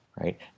right